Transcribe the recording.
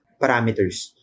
parameters